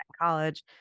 college